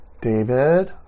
David